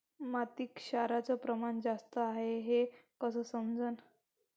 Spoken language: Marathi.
मातीत क्षाराचं प्रमान जास्त हाये हे कस समजन?